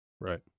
Right